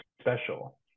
special